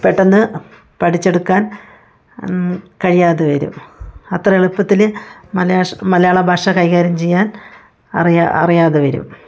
പെട്ടെന്ന് പഠിച്ചെടുക്കാൻ കഴിയാതെ വരും അത്ര എളുപ്പത്തില് മലയാഷ മലയാള ഭാഷ കൈകാര്യം ചെയ്യാൻ അറിയ അറിയാതെ വരും